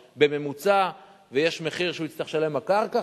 בממוצע ויש מחיר שהוא יצטרך לשלם בקרקע,